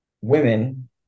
women